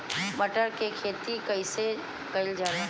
मटर के खेती कइसे कइल जाला?